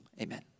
Amen